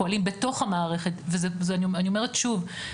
פועלים בתוך המערכת ואני אומרת שוב,